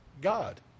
God